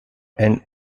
and